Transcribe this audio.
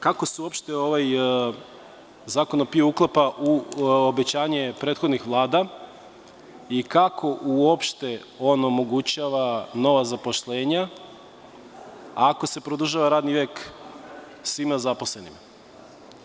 Kako se uopšte ovaj Zakon o PIO uklapa u obećanje prethodnih Vlada i kako uopšte on omogućava nova zaposlenja ako se produžava radni vek svim zaposlenima?